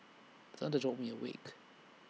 thunder jolt me awake